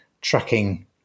tracking